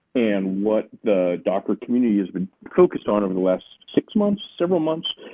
and what the docker community has been focused on over the last six months, several months,